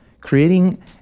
creating